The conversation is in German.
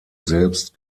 selbst